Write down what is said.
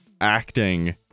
acting